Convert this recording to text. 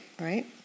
right